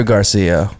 Garcia